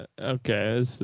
okay